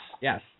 Yes